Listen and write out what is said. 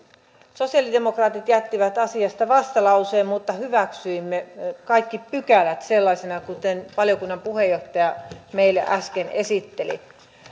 sosialidemokraatit jättivät asiasta vastalauseen mutta hyväksyimme kaikki pykälät sellaisinaan kuten valiokunnan puheenjohtaja meille äsken esitteli